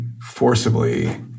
forcibly